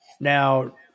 now